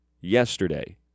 yesterday